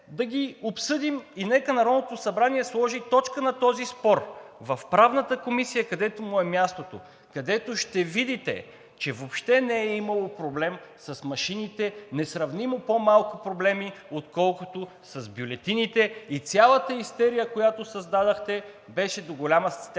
да ги обсъдим! Нека Народното събрание сложи точка на този спор в Правната комисия, където му е мястото, където ще видите, че въобще не е имало проблем с машините – несравнимо по-малко проблеми, отколкото с бюлетините! Цялата истерия, която създадохте, беше до голяма степен